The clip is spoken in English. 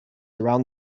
around